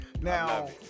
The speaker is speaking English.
Now